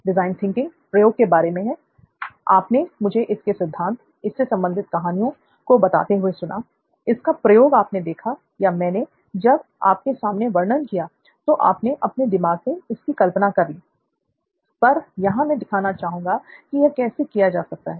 design thinking प्रयोग के बारे में है आपने मुझे इसके सिद्धांत इससे संबंधित कहानियां को बताते हुए सुना इसका प्रयोग आपने देखा या मैंने जब आपके सामने वर्णन किया तो आपने अपने दिमाग में इसकी कल्पना कर ली पर यहां में दिखाना चाहूँगा कि यह कैसे किया जा सकता है